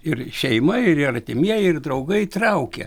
ir šeima ir artimieji ir draugai traukia